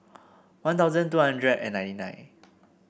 One Thousand two hundred and ninety nine